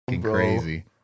crazy